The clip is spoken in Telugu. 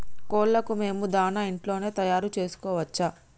కోళ్లకు మేము దాణా ఇంట్లోనే తయారు చేసుకోవచ్చా?